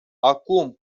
acum